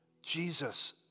Jesus